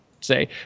say